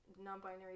non-binary